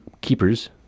Keepers